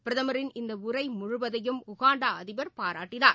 பிரதமர் இந்த உரை முழுவதையும் உகாண்டா அதிபர் பாராட்டினார்